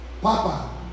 papa